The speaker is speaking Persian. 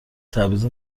تبعیض